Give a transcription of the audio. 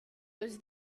was